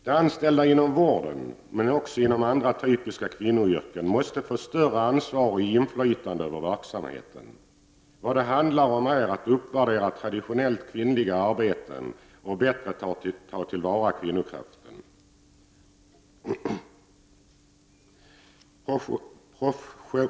De anställda inom vården, men också inom andra typiska kvinnoyrken, måste få större ansvar och inflytande över verksamheten. Vad det handlar om är att uppvärdera traditionellt kvinnliga arbeten och bättre ta till vara kvinnokraften.